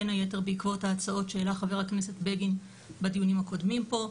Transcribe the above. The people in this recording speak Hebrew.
בין היתר בעקבות ההצעות שהעלה חבר הכנסת בגין בדיונים הקודמים פה.